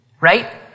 right